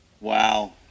Wow